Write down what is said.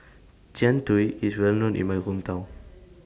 Jian Dui IS Well known in My Hometown